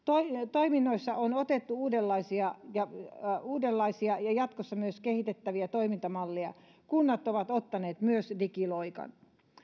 toiminnoissa on otettu uudenlaisia ja uudenlaisia ja jatkossa myös kehitettäviä toimintamalleja kunnat ovat ottaneet myös digiloikan